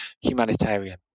humanitarian